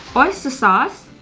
oyster sauce,